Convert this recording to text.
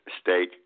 State